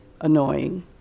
annoying